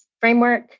framework